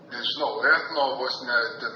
nežinau etno vos ne ten